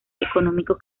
económicos